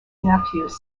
nephews